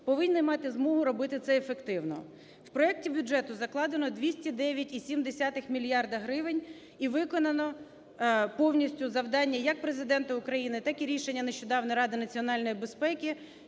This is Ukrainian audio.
повинні мати змогу робити це ефективно. В проекті бюджету закладено 209,7 мільярда гривень і виконано повністю завдання, як Президента України, так і рішення нещодавнє Ради національної безпеки